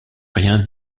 rien